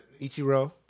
Ichiro